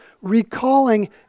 recalling